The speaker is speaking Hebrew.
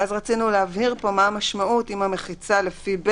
רצינו להבהיר מה המשמעות אם המחיצה לפי (ב)